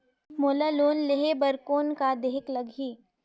मोला लोन लेहे बर कौन का देहेक लगही?